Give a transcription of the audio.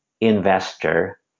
investor